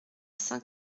saint